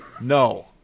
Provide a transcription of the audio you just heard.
No